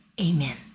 Amen